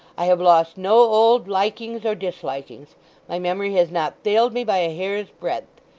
i have lost no old likings or dislikings my memory has not failed me by a hair's-breadth.